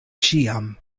ĉiam